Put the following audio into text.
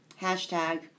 Hashtag